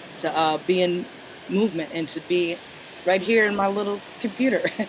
to ah be in movement, and to be right here in my little computer.